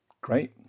great